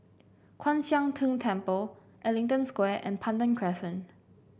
Kwan Siang Tng Temple Ellington Square and Pandan Crescent